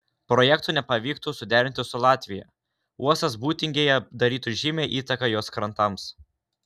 projekto nepavyktų suderinti su latvija uostas būtingėje darytų žymią įtaką jos krantams